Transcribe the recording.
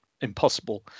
impossible